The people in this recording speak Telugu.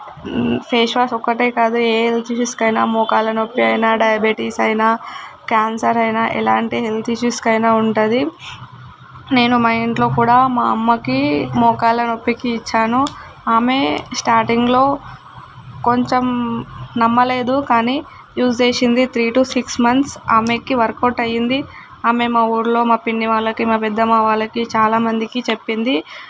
ఫేస్ వాష్ ఒక్కటే కాదు ఏహెల్త్ ఇష్యూస్కి అయిన మోకాళ్ళ నొప్పి అయిన డయాబెటీస్ అయిన క్యాన్సర్ అయిన ఎలాంటి హెల్త్ ఇష్యూస్కు అయిన ఉంటుంది నేను మా ఇంట్లో కూడా మా అమ్మకి మోకాళ్ళ నొప్పికి ఇచ్చాను ఆమె స్టాటింగ్లో కొంచెం నమ్మలేదు కానీ యూజ్ చేసింది త్రీ టూ సిక్స్ మంత్స్ ఆమెకి వర్కౌట్ అయింది ఆమె మా ఊళ్ళో మా పిన్ని వాళ్ళకి మా పెద్దమ్మ వాళ్ళకి చాలామందికి చెప్పింది